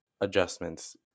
adjustments